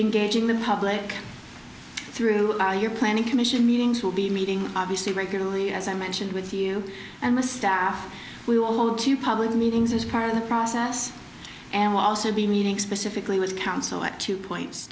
engaging the public through our you're planning commission meetings will be meeting obviously regularly as i mentioned with you and the staff we will go to public meetings as part of the process and also be meeting specifically with counsel at two points